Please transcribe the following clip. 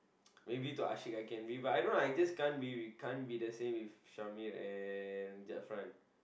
maybe to Ashik I can be but I don't know I just can't be with can't be the same with Sharmil and Zirfan